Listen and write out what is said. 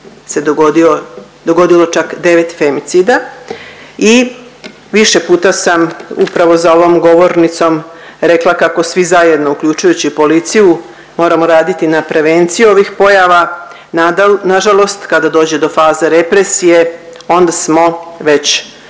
dogodilo čak 9 femicida i više puta sam upravo za ovom govornicom rekla kako svi zajedno uključujući policiju moramo raditi na prevenciji ovih pojava. Nažalost kada dođe do faze represije, onda smo već